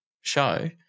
show